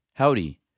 Howdy